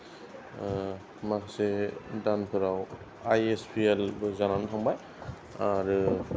माखासे दानफोराव I S P L बो जानानै थांबाय आरो